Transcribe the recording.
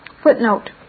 Footnote